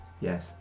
Yes